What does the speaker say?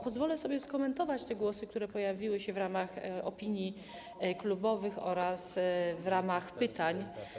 Pozwolę sobie skomentować te głosy, które pojawiły się w ramach opinii klubowych oraz w ramach pytań.